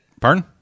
Pardon